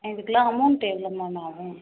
இதுக்குலாம் அமௌன்ட்டு எவ்வளோ மேம் ஆகும்